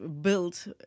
built